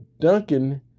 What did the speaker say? Duncan